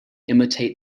imitate